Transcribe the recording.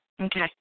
Okay